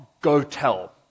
go-tell